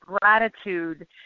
gratitude